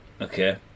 Okay